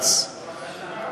קיים שנים רבות,